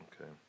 Okay